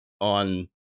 on